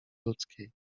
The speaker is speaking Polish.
ludzkiej